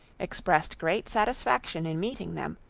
expressed great satisfaction in meeting them,